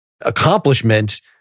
accomplishment